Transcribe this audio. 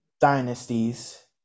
dynasties